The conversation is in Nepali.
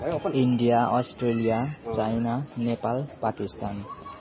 India Australia China Nepal Pakistan